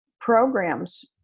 programs